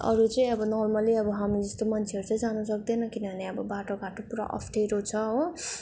अरू चाहिँ अब नर्मल्ली अब हामीजस्तै मान्छेहरू चाहिँ जानु सक्दैन किनभने अब बाटोघाटो पुरा अप्ठ्यारो छ हो